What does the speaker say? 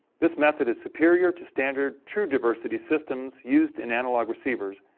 this method is superior to standard true diversity systems used in analog receivers,